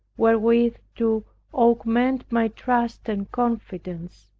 wherewith to augment my trust and confidence,